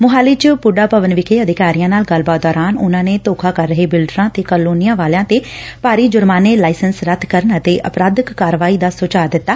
ਮੁਹਾਲੀ ਚ ਪੁੱਡਾ ਭਵਨ ਵਿਖੇ ਅਧਿਕਾਰੀਆਂ ਨਾਲ ਗੱਲਬਾਤ ਦੌਰਾਨ ਉਨਾਂ ਨੇ ਧੋਖਾ ਕਰ ਰਹੇ ਬਿਲਡਰਾਂ ਤੇ ਕਾਲੋਨੀਆਂ ਵਾਲਿਆਂ ਤੇ ਭਾਰੀ ਜ਼ੁਰਮਾਨੇ ਲਾਇਸੈੱਸ ਰੱਦ ਕਰਨ ਅਤੇ ਅਪਰਾਧਿਕ ਕਾਰਵਾਈ ਕਰਨ ਦਾ ਸੁਝਾਅ ਦਿੱਤਾ